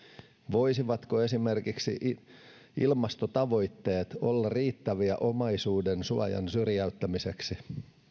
voisivatko esimerkiksi ilmastotavoitteet olla riittäviä omaisuuden suojan syrjäyttämiseksi